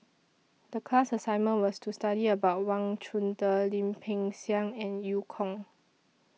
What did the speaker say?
The class assignment was to study about Wang Chunde Lim Peng Siang and EU Kong